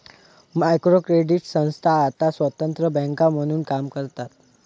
micro credit संस्था आता स्वतंत्र बँका म्हणून काम करतात